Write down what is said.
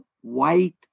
white